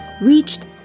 reached